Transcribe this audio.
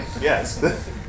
Yes